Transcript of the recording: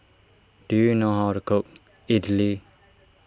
do you know how to cook Idili